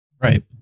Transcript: Right